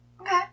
Okay